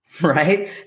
Right